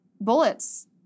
bullets